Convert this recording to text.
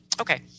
Okay